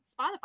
Spotify